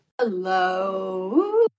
Hello